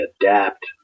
adapt